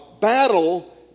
battle